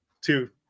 two